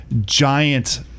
giant